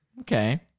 okay